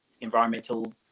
environmental